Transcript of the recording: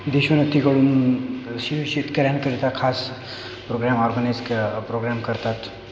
देशोन्नतीकडून शे शेतकऱ्यांकरता खास प्रोग्रॅम ऑर्गनाईज क प्रोग्रॅम करतात